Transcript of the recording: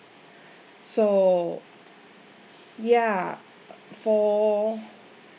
so ya for